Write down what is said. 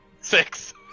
Six